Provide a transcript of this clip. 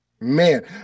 Man